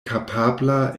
kapabla